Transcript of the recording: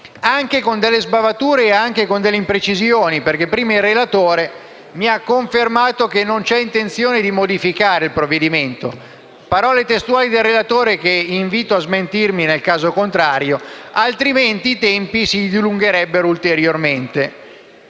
anche con delle sbavature e delle imprecisioni, perché prima il relatore mi ha confermato che non c'è intenzione di modificarlo - parole testuali del relatore, che invito eventualmente a smentire - altrimenti i tempi si dilungherebbero ulteriormente.